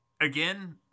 again